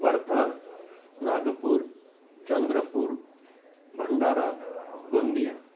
Wardha Nagpur Chandrapur Bhandara Gondia